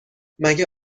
مگه